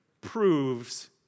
proves